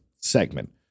segment